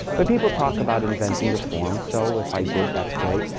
but people talk about inventing the form. so if i did, that's great.